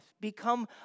Become